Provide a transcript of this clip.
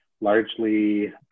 largely